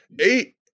eight